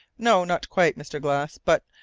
no, not quite, mr. glass, but,